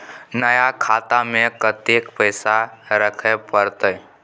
नया खाता में कत्ते पैसा रखे परतै?